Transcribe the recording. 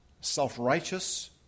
self-righteous